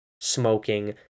smoking